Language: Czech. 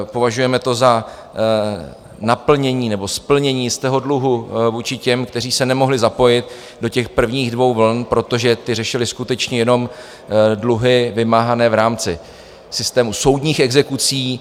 Považujeme to za naplnění nebo splnění jistého dluhu vůči těm, kteří se nemohli zapojit do prvních dvou vln, protože ty řešily skutečně jenom dluhy vymáhané v rámci systému soudních exekucí.